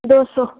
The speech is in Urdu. دو سو